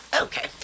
Okay